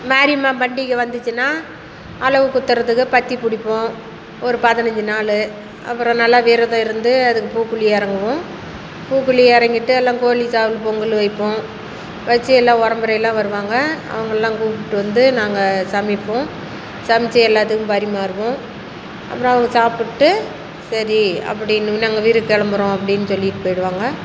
மாரியம்மன் பண்டிகை வந்துச்சுன்னா அலகு குத்துறதுக்கு பத்தி பிடிப்போம் ஒரு பதினஞ்சு நாள் அப்புறம் நல்லா விரதம் இருந்து அதுக்கு பூக்குழி இறங்குவோம் பூக்குழி இறங்கிட்டு எல்லாம் கோழி சேவல் பொங்கல் வைப்போம் வச்சு எல்லாம் உறம்பறையெல்லாம் வருவாங்க அவங்கள்லாம் கூப்பிட்டு வந்து நாங்கள் சமைப்போம் சமைத்து எல்லாத்துக்கும் பரிமாறுவோம் அப்புறம் அவங்க சாப்பிட்டுபுட்டு சரி அப்படின்னு நாங்கள் வீட்டுக்கு கிளம்புறோம் அப்டினு சொல்லிட்டு போயிடுவாங்க